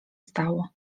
stało